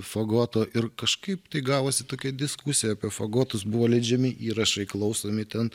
fagoto ir kažkaip tai gavosi tokia diskusija apie fagotus buvo leidžiami įrašai klausomi ten